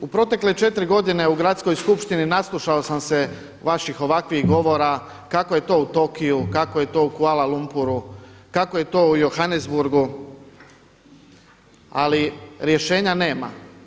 U protekle 4 godine u Gradskoj skupštini naslušao sam se vaših ovakvih govora kako je to u Tokiju, kako je to u Kuala Lumpuru, kako je to u Johannesburgu ali rješenja nema.